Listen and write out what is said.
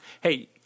hey